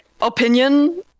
opinion